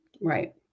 Right